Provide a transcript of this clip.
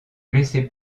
blessé